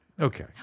okay